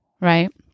Right